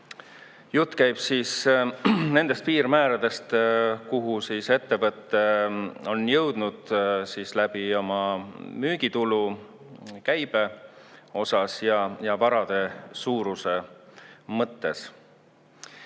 Jutt käib nendest piirmääradest, kuhu ettevõte on jõudnud läbi oma müügitulu käibe osas ja varade suuruse mõttes.